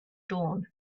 dawn